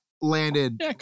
landed